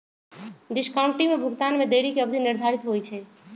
discounting में भुगतान में देरी के अवधि निर्धारित होइ छइ